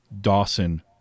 Dawson